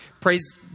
praise